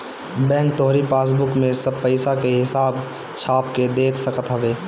bank तोहरी passbook में सब पईसा के हिसाब छाप के दे सकत हवे